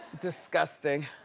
disgusting.